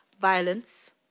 violence